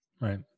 Right